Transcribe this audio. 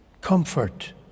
Comfort